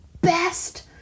best